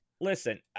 Listen